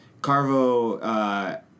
Carvo